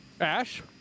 Ash